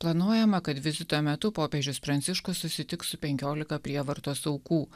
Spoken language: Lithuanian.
planuojama kad vizito metu popiežius pranciškus susitiks su penkiolika prievartos aukų